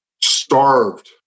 starved